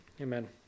Amen